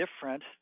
different